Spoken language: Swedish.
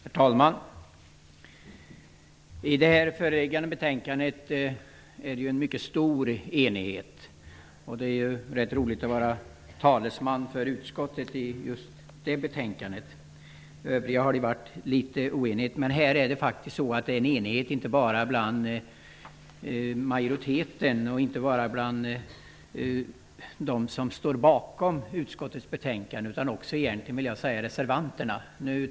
Herr talman! I det här betänkandet föreligger det en mycket stor enighet. Det är ganska roligt att vara talesman för utskottet i just det betänkandet. När det gäller de övriga har vi varit litet oeniga, men här är det faktiskt en enighet inte bara hos dem som står bakom utskottets betänkande utan också egentligen hos reservanterna.